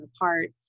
apart